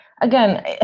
again